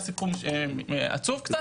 היה סיפור עצוב קצת.